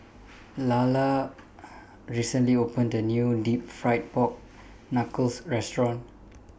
Lalla recently opened A New Deep Fried Pork Knuckles Restaurant